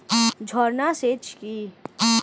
ঝর্না সেচ কি?